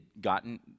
gotten